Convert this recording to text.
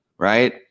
Right